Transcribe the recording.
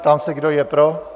Ptám se, kdo je pro.